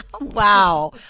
Wow